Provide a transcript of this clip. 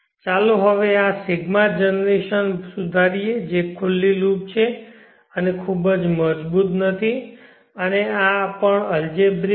ચાલો હવે આ ρ જનરેશન સુધારીએ જે ખુલ્લી લૂપ છે અને ખૂબ જ મજબુત નથી અને આ પણ અલ્જેબ્રિકછે